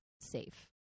safe